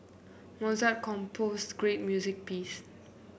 Mozart composed great music piece